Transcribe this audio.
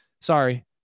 sorry